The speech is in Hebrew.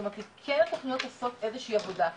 כלומר, התוכניות כן עושות איזושהי עבודה.